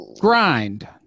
Grind